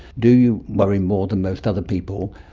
do you worry more than most other people?